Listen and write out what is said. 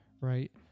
right